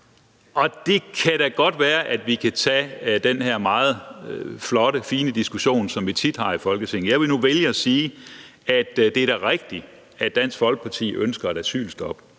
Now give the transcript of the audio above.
Det kan da godt være, at vi kan tage den her meget flotte, fine diskussion, som vi tit har i Folketinget. Jeg vil nu vælge at sige, at det da er rigtigt, at Dansk Folkeparti ønsker et asylstop,